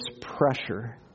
pressure